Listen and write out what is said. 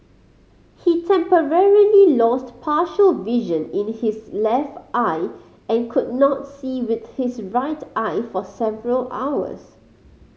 he temporarily lost partial vision in his left eye and could not see with his right eye for several hours